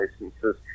licenses